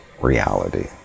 reality